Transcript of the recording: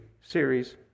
series